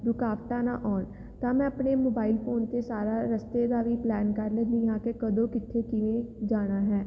ਰੁਕਾਵਟਾਂ ਨਾ ਆਉਣ ਤਾਂ ਮੈਂ ਆਪਣੇ ਮੋਬਾਈਲ ਫੋਨ 'ਤੇ ਸਾਰਾ ਰਸਤੇ ਦਾ ਵੀ ਪਲੈਨ ਕਰ ਲੈਦੀ ਹਾਂ ਕਿ ਕਦੋਂ ਕਿੱਥੇ ਕਿਵੇਂ ਜਾਣਾ ਹੈ